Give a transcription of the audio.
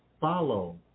follow